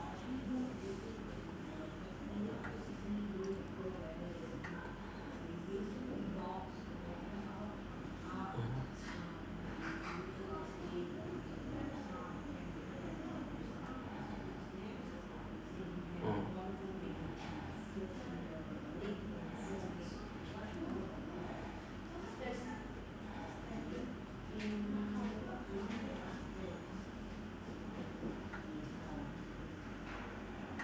mm mm